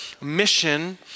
mission